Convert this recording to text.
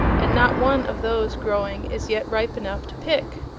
and not one of those growing is yet ripe enough to pick.